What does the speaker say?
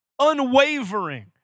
unwavering